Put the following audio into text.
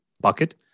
bucket